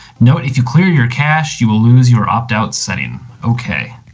note if you clear your cache, you will lose your opt-out setting, okay.